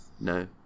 No